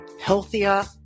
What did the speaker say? healthier